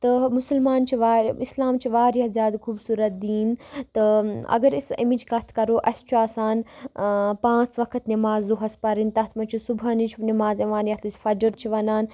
تہٕ مُسلمان چھِ واریاہ اِسلام چھِ واریاہ زیادٕ خوٗبصوٗرت دیٖن تہٕ اگر أسۍ ایٚمِچ کَتھ کَرو اَسہِ چھُ آسان پانٛژھ وقت نِماز دۄہَس پرٕنۍ تَتھ منٛز چھُ صُبحَنٕچ نماز اِوان یَتھ أسۍ فجر چھِ وَنان